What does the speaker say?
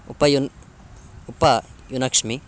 उपयुन् उपयुनक्ष्मि